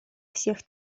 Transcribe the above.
всех